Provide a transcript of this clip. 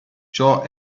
ciò